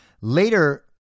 later